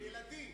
לילדים.